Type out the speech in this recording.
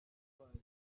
butwari